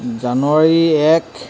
জানুৱাৰী এক